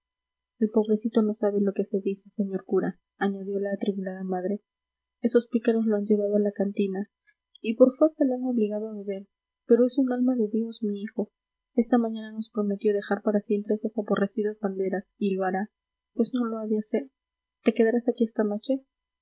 el pobrecito no sabe lo que se dice señor cura añadió la atribulada madre esos pícaros lo han llevado a la cantina y por fuerza le han obligado a beber pero es un alma de dios mi hijo esta mañana nos prometió dejar para siempre esas aborrecidas banderas y lo hará pues no lo ha de hacer te quedarás aquí esta noche